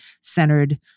centered